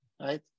right